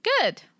Good